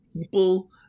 people